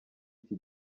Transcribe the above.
iki